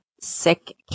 sick